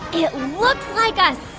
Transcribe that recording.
it looks like ah a